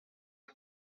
una